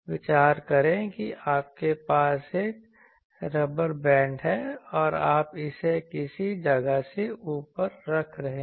विचार करें कि आपके पास एक रबर बैंड है और आप इसे किसी जगह से ऊपर रख रहे हैं